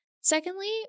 Secondly